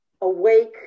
Awake